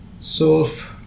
solve